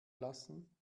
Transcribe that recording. lassen